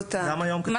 וההתנהגויות ה --- נכון.